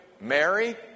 Mary